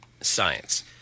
science